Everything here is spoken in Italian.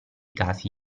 casi